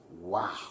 Wow